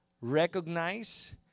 recognize